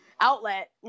outlet